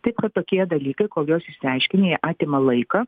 taip kad tokie dalykai kol juos išsiaiškini jie atima laiką